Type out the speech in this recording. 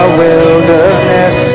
wilderness